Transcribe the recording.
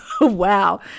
Wow